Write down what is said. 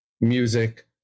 music